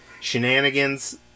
shenanigans